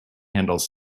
handles